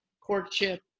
courtship